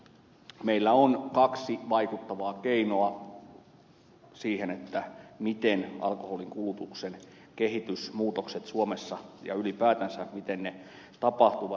meillä on kaksi vaikuttavaa keinoa siihen miten alkoholin kulutuksen kehitysmuutokset suomessa ja ylipäätänsä tapahtuvat